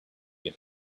get